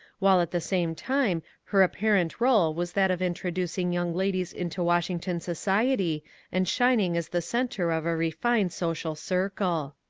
while at the same time her apparent role was that of introducing young ladies into washington society and shining as the centre of a refined social circle.